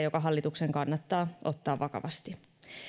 joka hallituksen kannattaa ottaa vakavasti